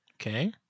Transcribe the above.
Okay